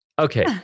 okay